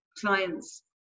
clients